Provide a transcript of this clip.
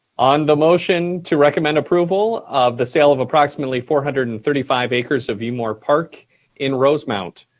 on the motion to recommend approval of the sale of approximately four hundred and thirty five acres of umore park in rosemount,